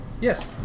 Yes